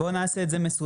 בואו נעשה את זה מסודר.